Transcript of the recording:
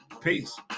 Peace